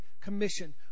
Commission